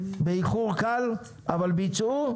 באיחור קל אבל ביצעו?